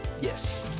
Yes